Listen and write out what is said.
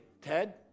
Ted